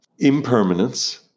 impermanence